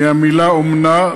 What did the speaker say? מהמילה "אומנה",